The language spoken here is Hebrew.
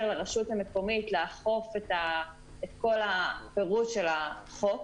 לרשות המקומית לאכוף את כל הפירוש של החוק